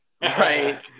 right